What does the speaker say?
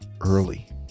early